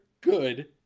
good